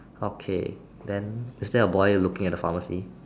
okay then is there a boy looking at the pharmacy